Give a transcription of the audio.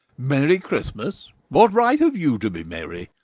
merry christmas! what right have you to be merry?